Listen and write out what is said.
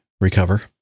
recover